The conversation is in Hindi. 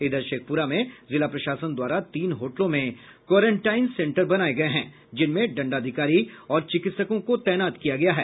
इधर शेखपुरा में जिला प्रशासन द्वारा तीन होटलों में क्वारेनटाइन सेंटर बनाये गये हैं जिनमें दंडाधिकारी और चिकित्सकों को तैनात किया गया है